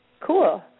Cool